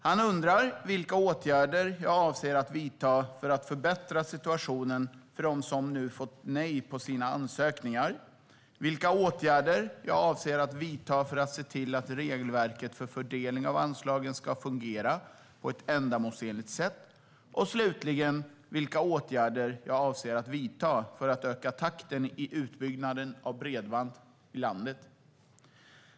Han undrar vilka åtgärder jag avser att vidta för att förbättra situationen för dem som nu fått nej på sina ansökningar, vilka åtgärder jag avser att vidta för att se till att regelverket för fördelning av anslagen ska fungera på ett ändamålsenligt sätt och slutligen vilka åtgärder jag avser att vidta för att öka takten i utbyggnaden av bredband i landet.